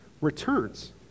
returns